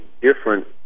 different